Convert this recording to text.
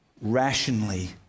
rationally